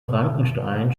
frankenstein